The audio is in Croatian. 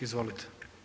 Izvolite.